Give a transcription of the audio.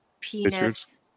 penis